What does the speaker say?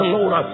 Lord